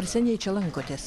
ar seniai čia lankotės